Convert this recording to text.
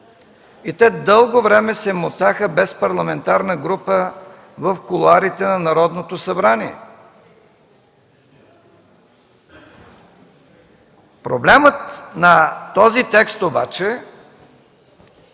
И те дълго време се мотаха без парламентарна група в кулоарите на Народното събрание. Проблемът на този текст обаче